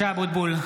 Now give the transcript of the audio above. (קורא בשמות חברי הכנסת) משה אבוטבול,